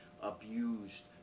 abused